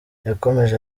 yakomeje